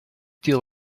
deal